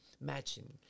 matching